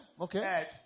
Okay